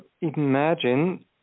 imagine